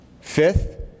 Fifth